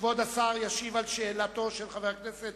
כבוד השר ישיב על שאלתו של חבר הכנסת